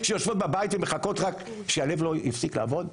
שיושבות בבית ומחכות רק שהלב יפסיק לעבוד?!